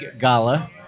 Gala